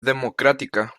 democrática